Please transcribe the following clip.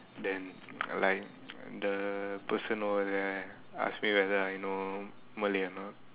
then like the person all that ask me whether I know Malay or not